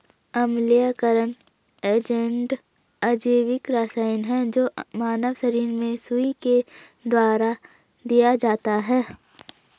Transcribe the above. अम्लीयकरण एजेंट अजैविक रसायन है जो मानव शरीर में सुई के द्वारा दिया जाता है